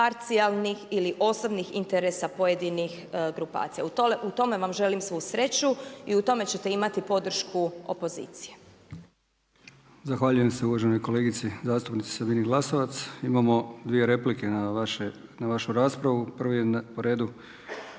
parcijalnih ili osobnih interesa pojedinih grupacija. U tome vam želim svu sreću i u tome ćete imati podršku opozicije. **Brkić, Milijan (HDZ)** Zahvaljujem se uvaženoj kolegici zastupnici Sabini Glasovac. Imamo dvije replike na vašu raspravu. Prvo je po redu